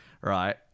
right